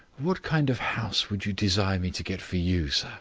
what kind of house would you desire me to get for you, sir?